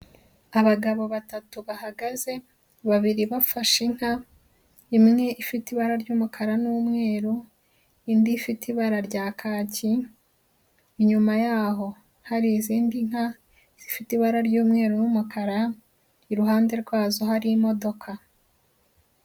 Abagabo batatu bahagaze babiri bafashe inka imwe ifite ibara ry'umukara n'umweru indi ifite ibara rya kaki inyuma yaho hari izindi nka zifite ibara ry'umweru n'umukara iruhande rwazo hari imodoka.